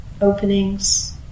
Openings